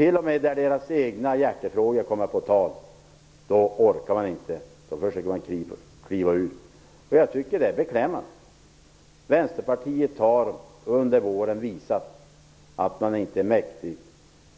Inte ens när Vänsterpartiets hjärtefrågor kommer på tal orkar man inte, utan man försöker kliva ur. Jag tycker att det är beklämmande. Vänsterpartiet har under våren visat att man inte är mäktig